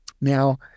Now